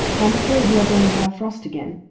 i am afraid we are going to have frost again.